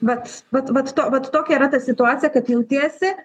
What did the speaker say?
vat vat vat vat tokia yra ta situacija kad jautiesi